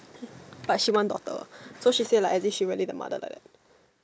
but she want daughter so she say like at least she really the mother like that